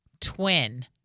twin